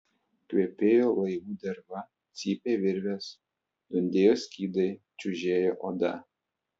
kvepėjo laivų derva cypė virvės dundėjo skydai čiužėjo oda